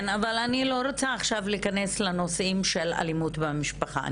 אני לא רוצה להיכנס לנושאים של אלימות במשפחה.